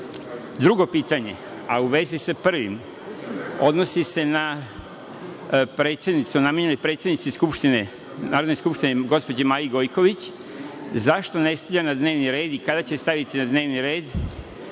pitanje, a vezi sa prvim, namenjeno je predsednici Narodne skupštine gospođi Maji Gojković – zašto ne stavlja na dnevni red i kada će staviti na dnevni red